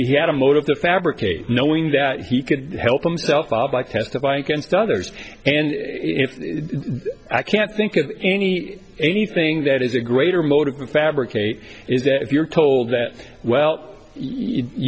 he had a motive to fabricate knowing that he could help himself bob like testify against others and if i can't think of any anything that is a greater motivation fabricate is that if you're told that well you